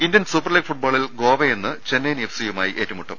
Indian super league ഫുട് ബോളിൽ ഗോവ ഇന്ന് ചെന്നൈയിൻ എഫ്സിയുമായി ഏറ്റുമുട്ടും